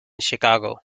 chicago